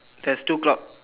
there's two clock